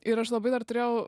ir aš labai dar turėjau